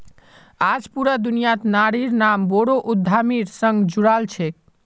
आज पूरा दुनियात नारिर नाम बोरो उद्यमिर संग जुराल छेक